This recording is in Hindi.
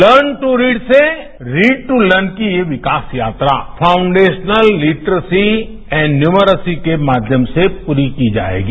लर्न टू रीड से रीड टू लर्न की विकास यात्रा फाउंडेशनल निट्रसी एंड न्यूयर्सी के माध्यम से प्ररी की जाएगी